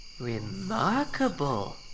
Remarkable